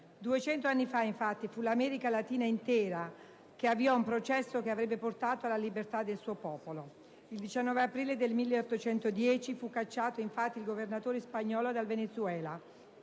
duecento anni fa, infatti fu l'America latina intera che avviò un processo che avrebbe portato alla libertà del suo popolo. Il 19 aprile del 1810 fu cacciato infatti il governatore spagnolo dal Venezuela,